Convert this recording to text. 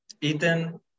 Ethan